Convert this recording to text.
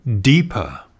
deeper